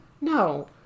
no